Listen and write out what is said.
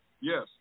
Yes